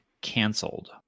cancelled